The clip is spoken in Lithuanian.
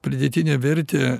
pridėtinė vertė